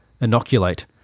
Inoculate